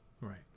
Right